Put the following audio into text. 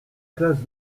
classe